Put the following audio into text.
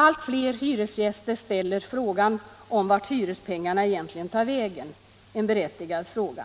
Allt fler hyresgäster ställer frågan vart hyrespengarna egentligen tar vägen — en berättigad fråga.